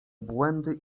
błędy